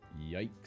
Yikes